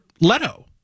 Leto